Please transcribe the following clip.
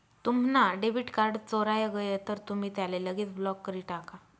तुम्हना debit card चोराय गय तर तुमी त्याले लगेच ब्लॉक करी टाका